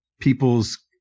people's